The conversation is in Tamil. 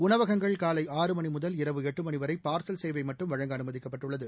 உணவகங்கள் காலை ஆறு மணி முதல் இரவு எட்டு மணி வரை பார்சல் சேவை மட்டும் வழங்க அனுமதிக்கப்பட்டுள்ளது